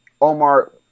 Omar